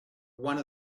one